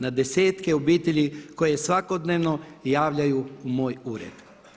Na desetke obitelji je koje svakodnevno javljaju u moj ured.